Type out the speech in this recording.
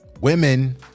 Women